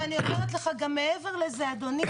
ואני אומרת לך מעבר לזה אדוני,